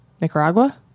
Nicaragua